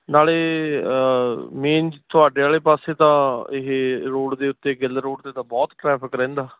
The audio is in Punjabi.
ਨਾਲੇ ਮਨੀਜ਼ ਤੁਹਾਡੇ ਵਾਲੇ ਪਾਸੇ ਤਾਂ ਇਹ ਰੋਡ ਦੇ ਉੱਤੇ ਗਿੱਲ ਰੋਡ ਅਤੇ ਤਾਂ ਬਹੁਤ ਟਰੈਫਿਕ ਰਹਿੰਦਾ